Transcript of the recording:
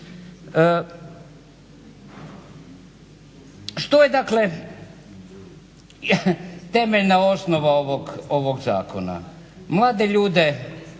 Što je dakle temeljna osnova ovog zakona? Mlade ljude,